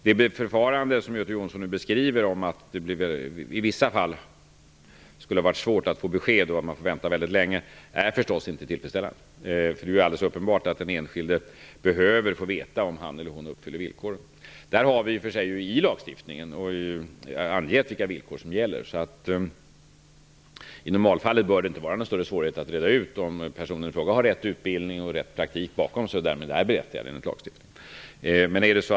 Det förfarande som Göte Jonsson nu beskriver, där det i vissa fall skulle ha varit svårt att få besked och där man får vänta mycket länge, är förstås inte tillfredsställande. Det är alldeles uppenbart att den enskilde behöver få veta om han eller hon uppfyller villkoren. Vi har i och för sig i lagstiftningen angett vilka villkor som gäller. I normalfallet bör det inte vara någon större svårighet att reda ut om personen i fråga har rätt utbildning och rätt praktik bakom sig och därmed enligt lagstiftningen är berättigad till ersättning.